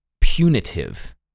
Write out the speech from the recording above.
punitive